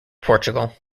portugal